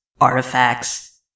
Artifacts